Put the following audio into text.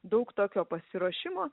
daug tokio pasiruošimo